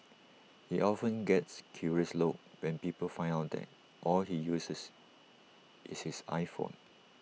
he often gets curious looks when people find out that all he uses is his iPhone